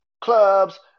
clubs